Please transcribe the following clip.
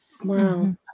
wow